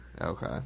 Okay